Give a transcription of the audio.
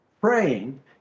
praying